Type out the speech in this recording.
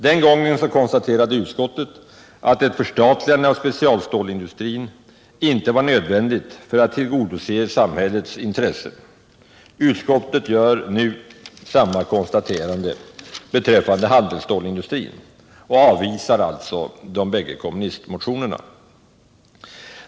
Den gången fastslog utskottet att ett förstatligande av specialstålsindustrin inte var nödvändigt för att tillgodose samhällets intressen. Utskottet gör nu samma konstaterande beträffande handelsstålsindustrin och avvisar alltså de båda kommunistmotionerna.